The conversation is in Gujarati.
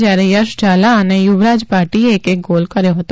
જયારે યશ ઝાલા અને યુવરાજ ભાટીએ એક એક ગોલ કર્યો હતો